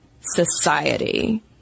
society